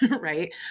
right